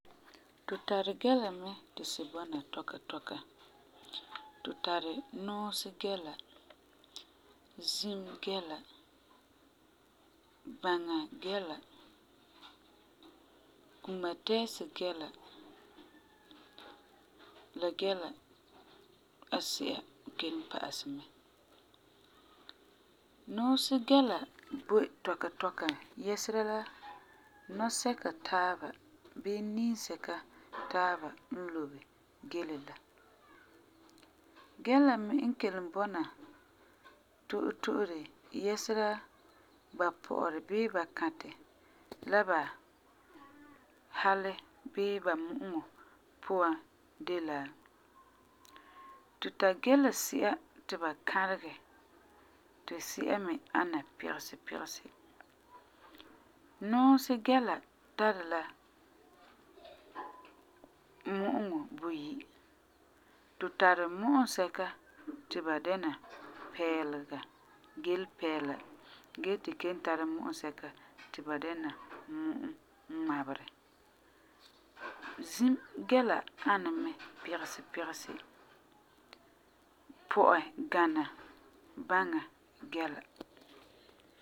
Tu tari gɛla mɛ ti si bɔna tɔka tɔka. Tu tari nuusi gɛla, zim gɛla, baŋa gɛla, gumatɛɛsi gɛla, la gɛla asi'a pa'asɛ mɛ. Nuusi gɛla boi tɔka tɔka yɛsera la nɔsɛka taaba bii niinsɛka taaba n lobe gele la. Gɛla me n kelum bɔna toto'ore yɛsera la ba pɔ'ɔrɛ bii ba kãtɛ, la ba halɛ bii mu'uŋɔ puan de la, tu tari gɛla si'a ti bu kãregɛ, ti si'a me ana pigesi pigesi. Nuusi gɛla tari la mu'uŋɔ buyi, tu tari mu'uŋɔ sɛka ti ba dɛna pɛɛlega, gelepɛɛla gee ti kelum tara mu'uŋɔ sɛka ti ba dɛna mu'um ŋmaberɛ. Zim gɛla ani mɛ pigesi pigesi, pɔ'ɛ gana baŋa gɛla.